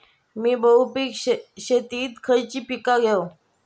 मी बहुपिक शेतीत खयली पीका घेव?